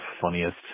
funniest